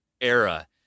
era